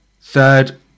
third